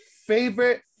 favorite